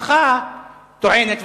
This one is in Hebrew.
המשפחה טוענת,